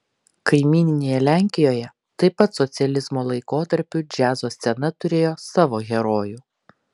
kaimyninėje lenkijoje taip pat socializmo laikotarpiu džiazo scena turėjo savo herojų